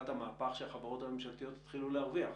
את המהפך שהחברות הממשלתיות התחילו להרוויח.